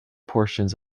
portions